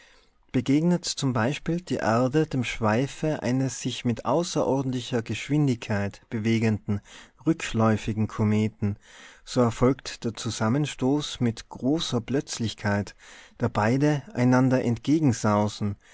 begegnet zum beispiel die erde dem schweife eines sich mit außerordentlicher geschwindigkeit bewegenden rückläufigen kometen so erfolgt der zusammenstoß mit großer plötzlichkeit da beide einander